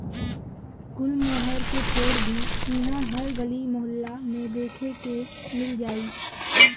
गुलमोहर के पेड़ भी इहा हर गली मोहल्ला में देखे के मिल जाई